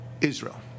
Israel